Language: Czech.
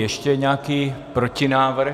Ještě nějaký protinávrh?